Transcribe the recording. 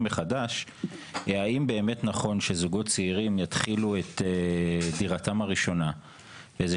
מחדש האם באמת נכון שזוגות צעירים יתחילו את דירתם הראשונה באיזה